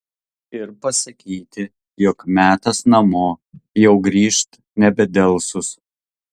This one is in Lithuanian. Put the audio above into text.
ir pasakyti jog metas namo jau grįžt nebedelsus